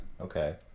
Okay